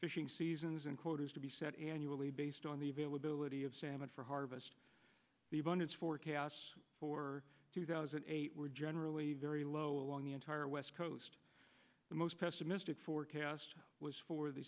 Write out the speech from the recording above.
fishing seasons and quotas to be set annually based on the availability of salmon for harvest the abundance for chaos for two thousand eight were generally very low along the entire west coast the most pessimistic forecast was for the